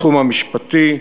בתחום המשפטי,